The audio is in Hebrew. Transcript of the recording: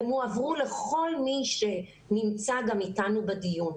הן הועברו לכל מי שנמצא גם איתנו בדיון,